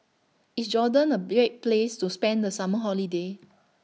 IS Jordan A Place to spend The Summer Holiday